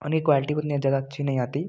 उनकी क्वालटी उतनी ज़्यादा अच्छी नहीं आती